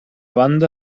banda